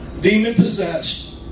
demon-possessed